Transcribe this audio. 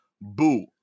boo